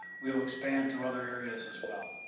we will expand to other areas as well.